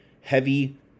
Heavy